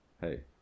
Hey